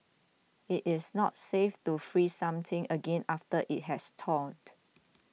it is not safe to freeze something again after it has thawed